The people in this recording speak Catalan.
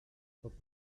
pot